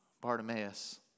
Bartimaeus